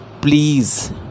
please